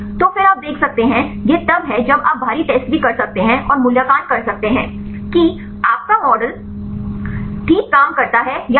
तो फिर आप देख सकते हैं यह तब है जब आप बाहरी टेस्ट भी कर सकते हैं और मूल्यांकन कर सकते हैं कि आपका मॉडल ठीक काम करता है या नहीं